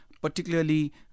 Particularly